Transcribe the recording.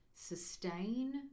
sustain